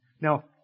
Now